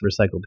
recycled